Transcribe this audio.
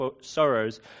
sorrows